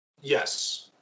yes